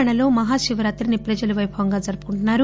తెలంగాణలో మహాశివరాత్రిని ప్రజలు వైభవంగా జరుపుకుంటున్నాయి